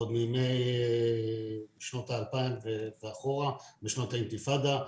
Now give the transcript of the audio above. עוד מימי שנות ה-2000 ואחורה, ושנות האינתיפאדה.